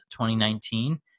2019